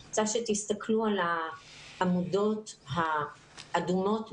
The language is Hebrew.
אני רוצה שתסתכלו על העמודות האדומות משמאל.